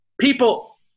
People